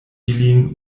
ilin